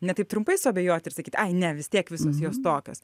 ne taip trumpai suabejoti ir sakyti ai ne vis tiek visos jos tokios